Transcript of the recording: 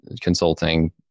consulting